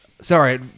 Sorry